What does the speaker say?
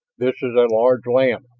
this is a large land,